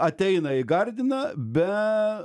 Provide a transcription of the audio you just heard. ateina į gardiną be